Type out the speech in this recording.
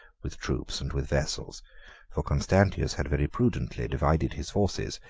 with troops, and with vessels for constantius had very prudently divided his forces,